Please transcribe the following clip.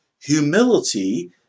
humility